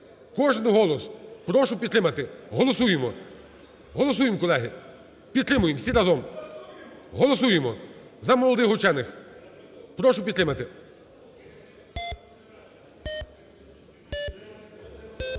Кожен голос, прошу підтримати. Голосуємо. Голосуємо, колеги. Підтримуємо всі разом. Голосуємо за молодих учених. Прошу підтримати.